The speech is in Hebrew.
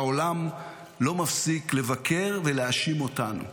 והעולם לא מפסיק לבקר ולהאשים אותנו.